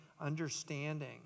understanding